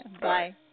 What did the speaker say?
Bye